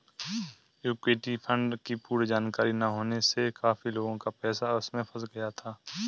equity fund की पूर्ण जानकारी ना होने से काफी लोगों का पैसा उसमें फंस गया था